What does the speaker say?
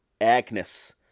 Agnes